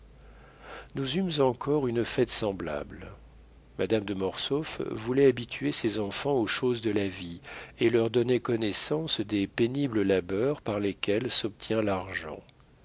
nous eûmes encore une fête semblable madame de mortsauf voulait habituer ses enfants aux choses de la vie et leur donner connaissance des pénibles labeurs par lesquels s'obtient l'argent